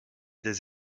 des